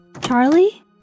Charlie